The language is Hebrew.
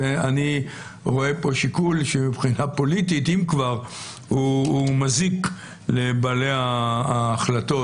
אני רואה פה שיקול שמבחינה פוליטית הוא מזיק לבעלי ההחלטות.